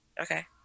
okay